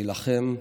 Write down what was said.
להילחם,